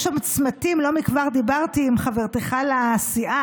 יש שם צמתים, ולא מכבר דיברתי עם חברתך לסיעה,